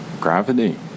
gravity